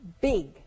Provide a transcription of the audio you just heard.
big